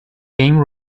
game